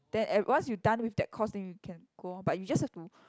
then once you done with that course then you can go lor but you just have to